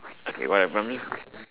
okay whatever miss